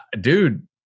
Dude